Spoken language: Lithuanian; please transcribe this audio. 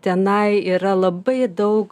tenai yra labai daug